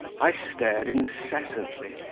i stared incessantly,